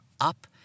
up